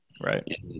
Right